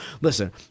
listen